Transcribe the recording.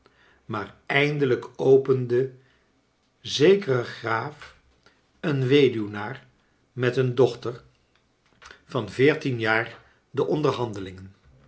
maar eindelijk opende zekere graaf een weduwnaar met een dochter van kleine dorrit veertien jaar de onderhandelingen